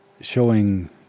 Showing